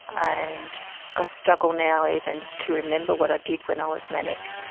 i and ah struggle now even to remember what i did when i was manic,